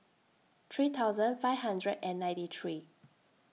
three thousand five hundred and ninety three